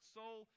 soul